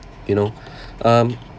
you know um